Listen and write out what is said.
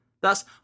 Thus